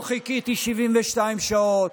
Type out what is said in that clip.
לא חיכיתי 72 שעות,